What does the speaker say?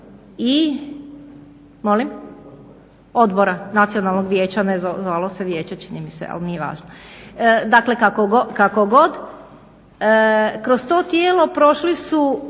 … Molim? Odbora nacionalnog vijeća, ne zvalo se vijeće čini mi se ali nije važno. Dakle, kakogod. Kroz to tijelo prošli su